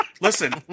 Listen